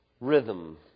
rhythm